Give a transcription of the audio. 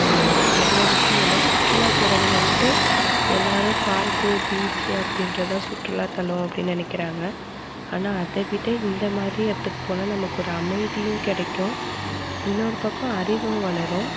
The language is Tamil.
அது மாரி நிறையா விஷயோம் இந்த மாரி சுற்றுலா போகறது வண்ட்டு எல்லாரும் பார்க்கு பீச்சு அப்படின்றதான் சுற்றுலா தளம் அப்படி நினைக்கிறாங்க ஆனால் அதை விட இந்த மாரி எடத்துக்கு போனால் நமக்கொரு அமைதியும் கிடைக்கும் இன்னோரு பக்கம் அறிவும் வளரும்